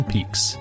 Peaks